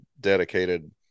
dedicated